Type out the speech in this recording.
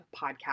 podcast